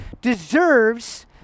deserves